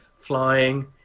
flying